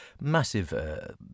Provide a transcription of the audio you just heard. massive